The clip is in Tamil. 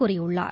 கூறியுள்ளார்